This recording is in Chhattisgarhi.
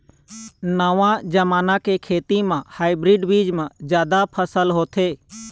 नवा जमाना के खेती म हाइब्रिड बीज म जादा फसल होथे